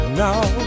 now